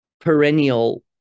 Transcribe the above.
perennial